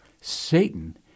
Satan